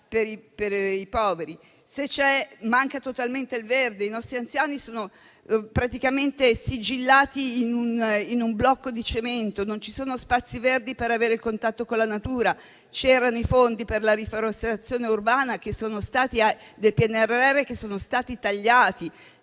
per i poveri. Manca totalmente il verde e i nostri anziani sono praticamente sigillati in un blocco di cemento; non ci sono spazi verdi per avere il contatto con la natura; i fondi per la riforestazione urbana del PNRR sono stati tagliati,